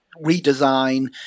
redesign